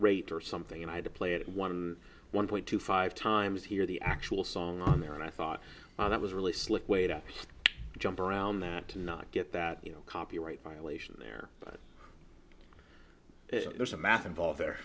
rate or something and i had to play it one one point two five times hear the actual song on there and i thought that was really slick way to jump around that to not get that you know copyright violation there but there's a math involved there